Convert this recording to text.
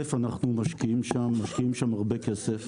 אנחנו משקיעים שם הרבה כסף.